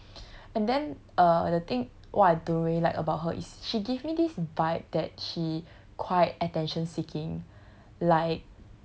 and then uh the thing what I don't really like about her is she give me this vibe that she quite attention seeking like